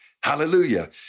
Hallelujah